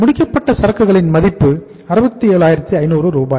முடிக்கப்பட்ட சரக்குகளின் மதிப்பு 67500 ரூபாய்